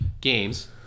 games